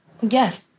Yes